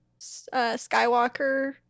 Skywalker